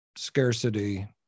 scarcity